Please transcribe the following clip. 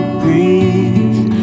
breathe